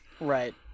Right